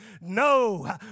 No